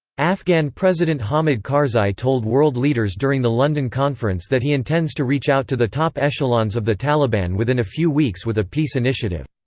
afghan president hamid karzai told world leaders during the london conference that he intends to reach out to the top echelons of the taliban within a few weeks with a peace initiative.